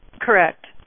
Correct